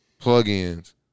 plugins